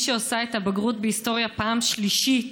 שעושה את הבגרות בהיסטוריה פעם שלישית,